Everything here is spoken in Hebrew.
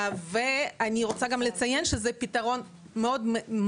אני רוצה גם לציין שזה פתרון מהיר,